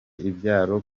ibyaro